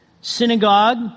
synagogue